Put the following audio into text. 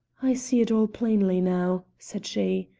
i see it all plainly now, said she.